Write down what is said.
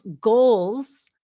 goals